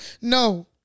No